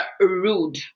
rude